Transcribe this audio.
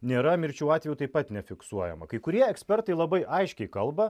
nėra mirčių atvejų taip pat nefiksuojama kai kurie ekspertai labai aiškiai kalba